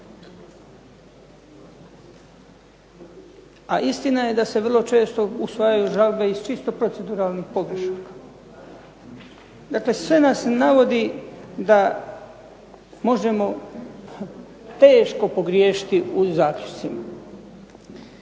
a istina je da se vrlo često usvajaju žalbe iz čisto proceduralnih pogrešaka. Dakle sve nas navodi da možemo teško pogriješiti u zaključcima.